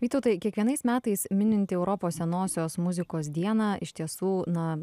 vytautai kiekvienais metais minint europos senosios muzikos dieną iš tiesų na